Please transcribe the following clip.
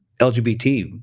LGBT